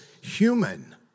human